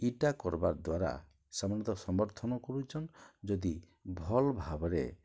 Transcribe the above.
ଇଟା କର୍ବାର୍ ଦ୍ଵାରା ସେମାନେ ତ ସମର୍ଥନ କରୁଚନ୍ ଯଦି ଭଲ୍ ଭାବ୍ରେ